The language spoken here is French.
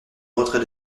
retrait